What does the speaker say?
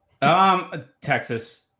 Texas